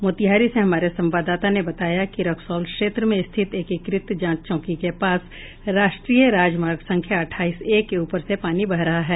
मोतिहारी से हमारे संवाददाता ने बताया कि रक्सौल क्षेत्र में स्थित एकीकृत जांच चौकी के पास राष्ट्रीय राजमार्ग संख्या अठाईस ए के ऊपर से पानी बह रहा है